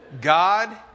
God